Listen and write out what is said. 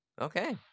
Okay